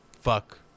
fuck